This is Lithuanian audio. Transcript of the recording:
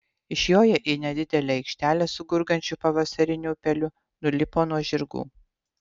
išjoję į nedidelę aikštelę su gurgančiu pavasariniu upeliu nulipo nuo žirgų